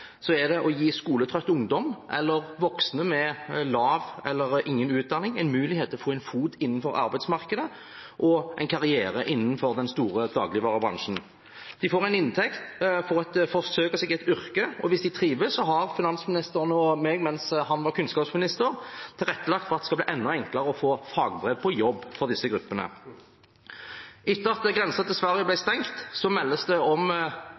er det å gi skoletrøtt ungdom eller voksne med lav eller ingen utdanning en mulighet til å få en fot innenfor arbeidsmarkedet og en karriere innenfor den store dagligvarebransjen. De får en inntekt, får forsøke seg i et yrke, og hvis de trives, har finansministeren og jeg, mens han var kunnskapsminister, tilrettelagt for at det skal bli enda enklere å få fagbrev på jobb for disse gruppene. Etter at grensen til Sverige ble stengt, meldes det om